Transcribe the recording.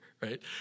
right